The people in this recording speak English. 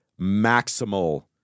maximal